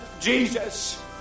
Jesus